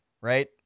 right